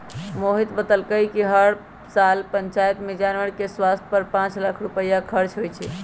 मोहित बतलकई कि हर साल पंचायत में जानवर के स्वास्थ पर पांच लाख रुपईया खर्च होई छई